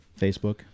Facebook